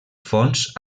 fons